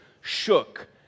Shook